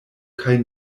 kaj